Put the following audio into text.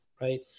right